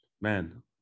man